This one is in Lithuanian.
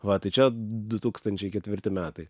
va tai čia du tūkstančiai ketvirti metai